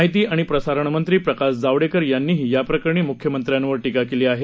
माहिती आणि प्रसारणमंत्री प्रकाश जावडेकर यांनीही याप्रकरणी म्ख्यमंत्र्यांवर टीका केली आहे